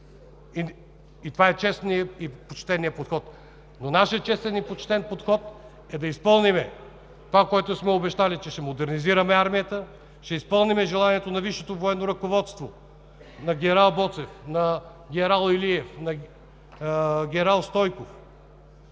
и това е честният и почтеният подход. Нашият честен и почтен подход е да изпълним, което сме обещали – ще модернизираме армията, ще изпълним желанието на висшето военно ръководство – на генерал Боцев, на генерал Илиев, на генерал Стойков